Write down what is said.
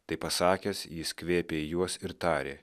tai pasakęs jis kvėpė į juos ir tarė